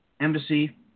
Embassy